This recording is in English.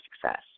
success